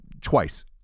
twice